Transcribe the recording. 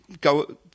go